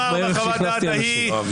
לא נאמר בחוות-הדעת ההיא,